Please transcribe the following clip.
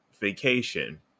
vacation